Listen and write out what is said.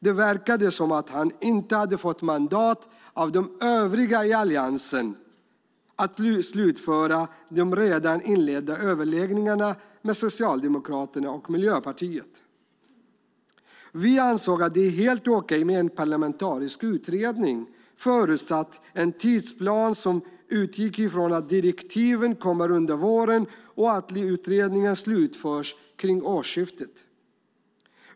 Det verkade som att han inte hade fått mandat av de övriga i Alliansen att slutföra de redan inledda överläggningarna med Socialdemokraterna och Miljöpartiet. Vi ansåg att det är helt okej med en parlamentarisk utredning, förutsatt en tidsplan som utgick från att direktiven kommer under våren och att utredningen slutförs kring årsskiftet.